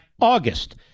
August